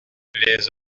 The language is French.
les